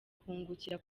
kungukira